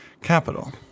capital